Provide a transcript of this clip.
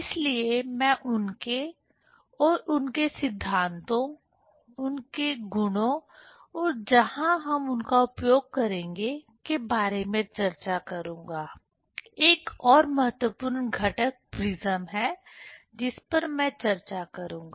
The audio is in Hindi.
इसलिए मैं उनके और उनके सिद्धांतों उनके गुणों और जहां हम उनका उपयोग करेंगे के बारे में चर्चा करूंगा एक और महत्वपूर्ण घटक प्रिज्म है जिस पर मैं चर्चा करूंगा